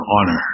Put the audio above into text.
honor